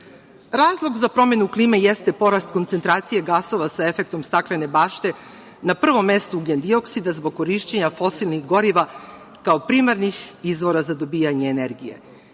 godina. Razlog za promenu klime jeste porast koncentracije gasova sa efektom staklene bašte, na prvom mestu ugljen-dioksid, a zbog korišćenja fosilnih goriva kao primarnih izvora za dobijanje energije.